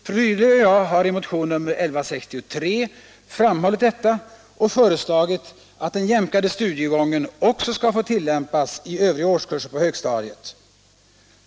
Fru Rydle och jag har i motionen 1163 framhållit detta och föreslagit att deh jämkade studiegången också skall få tillämpas i övriga årskurser på högstadiet.